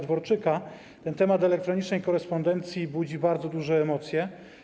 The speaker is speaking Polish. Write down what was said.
Dworczyka temat elektronicznej korespondencji budzi bardzo duże emocje.